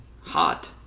hot